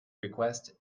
request